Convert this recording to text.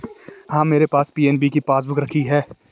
हाँ, मेरे पास पी.एन.बी की पासबुक रखी है